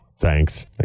Thanks